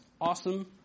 awesome